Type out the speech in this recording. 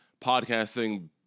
podcasting